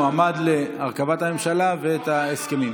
המועמד להרכבת הממשלה ואת ההסכמים.